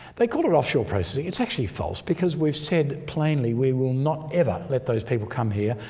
they call it offshore processing, it's actually false because we've said plainly we will not ever let those people come here,